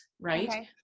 Right